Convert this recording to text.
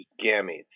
gametes